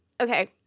okay